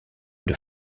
une